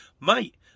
Mate